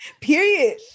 period